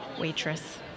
Waitress